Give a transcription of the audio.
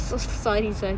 so sorry sorry